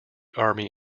army